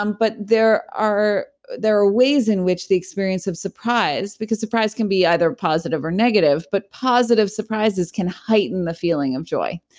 um but there are there are ways in which the experience of surprise, because surprise can be either positive or negative. but positive surprises can heighten the feeling of joy.